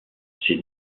ses